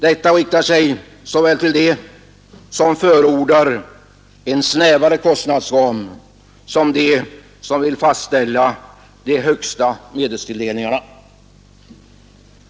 Detta riktas såväl till dem som förordar en snävare kostnadsram som till dem som vill fastställa de högsta medelstilldelningarna.